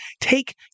take